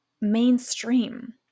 mainstream